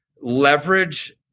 leverage